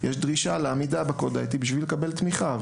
יש דרישה לעמידה בקוד האתי בשביל לקבל תמיכה.